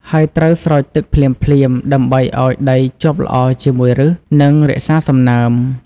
ហើយត្រូវស្រោចទឹកភ្លាមៗដើម្បីឱ្យដីជាប់ល្អជាមួយឫស និងរក្សាសំណើម។